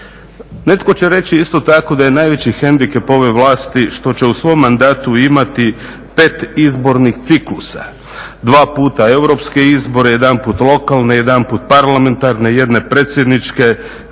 Netko će reći isto tako da je najveći hendikep ove vlasti što će u svom mandatu imati 5 izbornih ciklusa. Dva puta europske izbore, jedanput lokalne, jedanput parlamentarne, jedne predsjedničke,